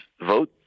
vote